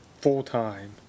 full-time